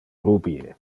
rubie